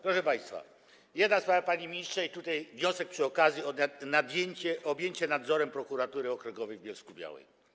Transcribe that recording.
Proszę państwa, jedna sprawa, panie ministrze, i tutaj wniosek przy okazji o objęcie nadzorem Prokuratury Okręgowej w Bielsku-Białej.